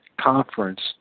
conference